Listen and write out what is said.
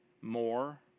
more